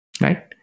right